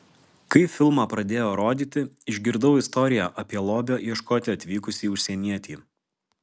kai filmą pradėjo rodyti išgirdau istoriją apie lobio ieškoti atvykusį užsienietį